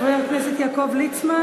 חבר הכנסת יעקב ליצמן?